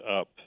up